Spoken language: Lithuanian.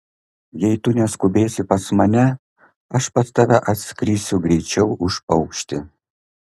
jei tu neskubėsi pas mane aš pas tave atskrisiu greičiau už paukštį